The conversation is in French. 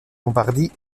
lombardie